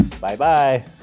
Bye-bye